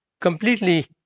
completely